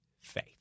faith